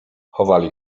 chowali